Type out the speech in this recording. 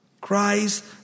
Christ